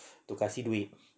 to kasi duit